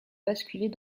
basculer